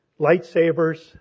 lightsabers